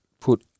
put